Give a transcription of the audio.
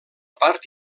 part